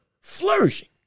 flourishing